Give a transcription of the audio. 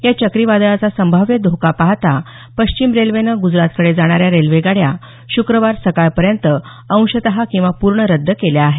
या चक्रीवादळाचा संभाव्य धोका पाहता पश्चिम रेल्वेनं गुजरातकडे जाणाऱ्या रेल्वेगाड्या शुक्रवार सकाळपर्यंत अंशत किंवा पूर्ण रद्द केल्या आहेत